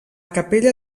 capella